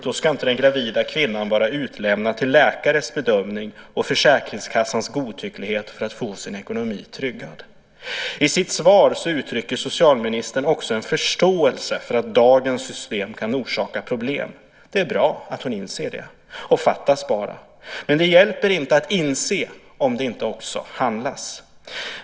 Då ska inte den gravida kvinnan vara utlämnad till en läkares bedömning och till försäkringskassans godtycklighet för att få sin ekonomi tryggad. I sitt svar uttrycker socialministern också en förståelse för att dagens system kan orsaka problem. Det är bra att hon inser det - fattas bara! Men det hjälper inte att inse om det inte också handlas.